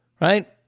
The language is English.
right